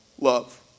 love